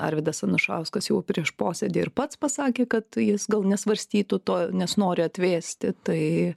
arvydas anušauskas jau prieš posėdį ir pats pasakė kad jis gal nesvarstytų to nes nori atvėsti tai